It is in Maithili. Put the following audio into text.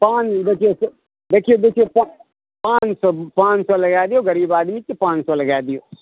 पाॅंच देखियौ देखियौ देखियौ पाॅंच पाॅंच सए लगा दियौ गरीब आदमी छै पाॅंच सए लगा दियौ